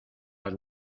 las